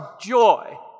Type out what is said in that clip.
joy